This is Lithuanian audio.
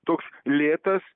toks lėtas